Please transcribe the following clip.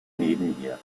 nebenher